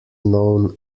known